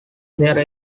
there